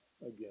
again